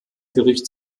gericht